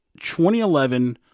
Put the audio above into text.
2011